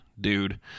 dude